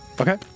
Okay